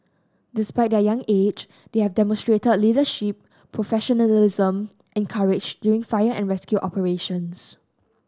despite their young age they have demonstrated leadership professionalism and courage during fire and rescue operations